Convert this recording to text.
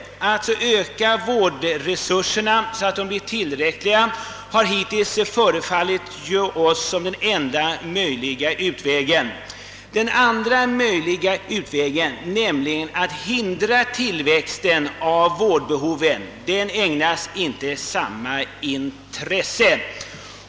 Att öka vårdresurserna så att de blir tillräckliga har hittills förefallit oss som den enda möjliga utvägen. Den andra möjliga utvägen, nämligen att hindra tillväxten av vårdbehoven, ägnas inte samma intresse.